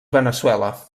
veneçuela